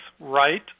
Right